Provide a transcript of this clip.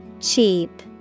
Cheap